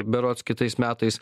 berods kitais metais